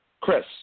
Chris